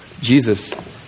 Jesus